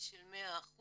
של 100%